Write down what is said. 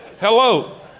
Hello